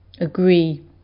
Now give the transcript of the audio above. agree